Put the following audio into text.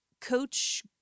coach